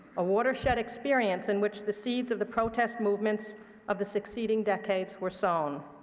a watershed experience in which the seeds of the protest movements of the succeeding decades were sown.